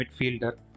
midfielder